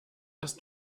hast